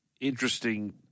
interesting